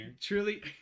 truly